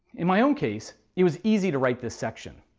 in my own case, it was easy to write this section.